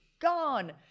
gone